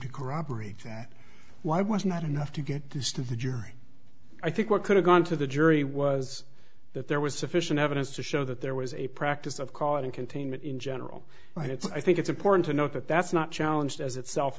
to corroborate that why was not enough to get this to the jury i think what could have gone to the jury was that there was sufficient evidence to show that there was a practice of calling containment in general and it's i think it's important to note that that's not challenged as itself